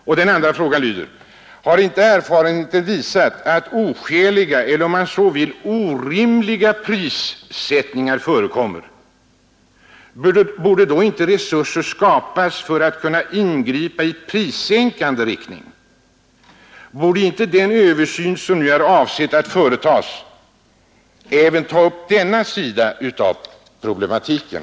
För det andra: Har inte erfarenheterna visat att oskäliga eller, om man så vill, orimliga prissättningar förekommer, och borde då inte resurser skapas för att kunna ingripa i prissänkande riktning? Borde inte den översyn som är avsedd att företas även ta upp denna sida av problematiken?